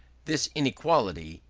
this inequality,